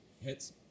Hits